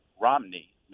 Romney